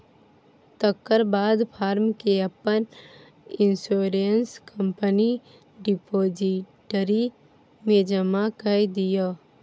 तकर बाद फार्म केँ अपन इंश्योरेंस कंपनीक रिपोजिटरी मे जमा कए दियौ